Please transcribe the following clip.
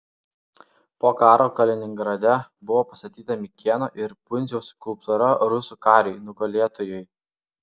po karo kaliningrade buvo pastatyta mikėno ir pundziaus skulptūra rusų kariui nugalėtojui